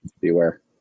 Beware